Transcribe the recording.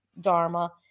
dharma